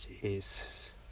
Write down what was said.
Jesus